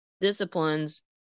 disciplines